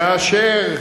כאשר